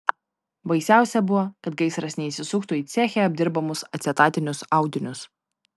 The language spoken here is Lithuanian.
baisiausia buvo kad gaisras neįsisuktų į ceche apdirbamus acetatinius audinius